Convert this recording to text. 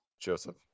Joseph